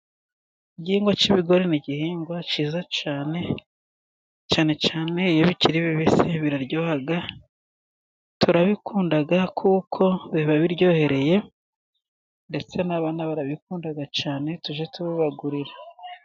Igihingwa cy' ibigori ni igihingwa cyiza cyane cyane iyo bikiri bibisi biraryoha turabikunda kuko biba biryohereye, ndetse n' abana barabikunda cyane tujye tubibagurira.